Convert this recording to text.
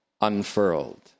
unfurled